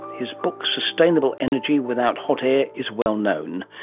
his book, sustainable energy without hot air is well known.